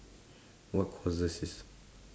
what courses is